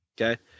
okay